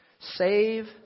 Save